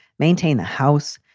maintain the house,